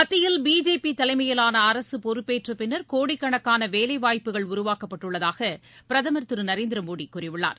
மத்தியில் பிஜேபி தலைமையிலான அரசு பொறுப்பேற்ற பின்னர் கோடிக்கணக்கான வேலை வாய்ப்புகள் உருவாக்கப்பட்டுள்ளதாக பிரதமர் திரு நரேந்திர மோடி கூறியுள்ளார்